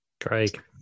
Craig